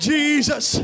Jesus